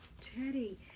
Teddy